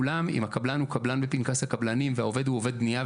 אם הקבלן הוא קבלן בפנקס הקבלנים והעובד הוא עובד בניה,